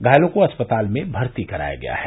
घायलों को अस्पताल में भर्ती कराया गया है